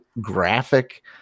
graphic